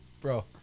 Bro